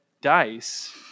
dice